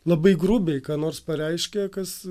labai grubiai ką nors pareiškia kas